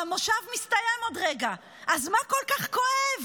המושב מסתיים עוד רגע, אז מה כל כך כואב?